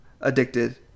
addicted